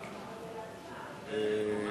נגד, אין,